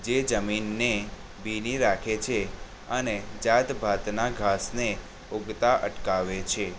જે જમીનને ભીની રાખે છે અને જાતભાતના ઘાસને ઊગતાં અટકાવે છે